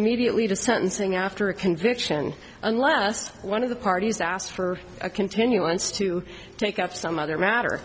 immediately to sentencing after a conviction unless one of the parties asked for a continuance to take up some other matter